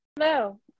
Hello